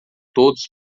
todos